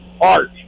Art